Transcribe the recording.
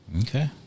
Okay